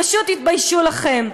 פשוט תתביישו לכם.